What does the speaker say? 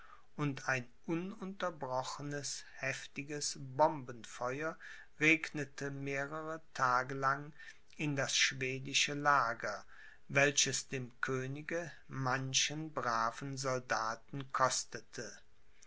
und ein ununterbrochenes heftiges bombenfeuer regnete mehrere tage lang in das schwedische lager welches dem könige manchen braven soldaten kostete